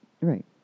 Right